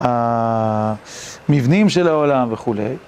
ה... המבנים של העולם וכולי.